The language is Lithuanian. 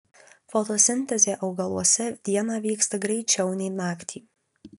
fotosintezė augaluose dieną vyksta greičiau nei naktį